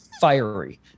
fiery